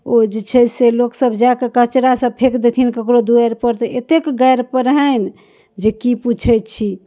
ओ जे छै से लोक सब जा कऽ कचड़ा सब फेक देथिन घर दुआरिपर एतेक गारि पढ़नि जे की पूछै छी